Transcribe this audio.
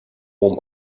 warm